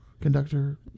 conductor